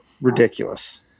Ridiculous